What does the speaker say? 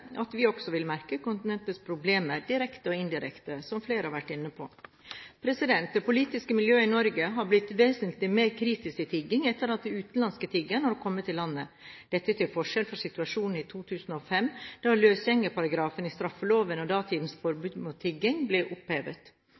at vi også vil merke kontinentets problemer direkte og indirekte, som flere har vært inne på. Det politiske miljøet i Norge har blitt vesentlig mer kritisk til tigging etter at utenlandske tiggere har kommet til landet, dette til forskjell fra situasjonen i 2005, da løsgjengerparagrafen i straffeloven og datidens forbud mot tigging ble opphevet.